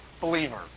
believer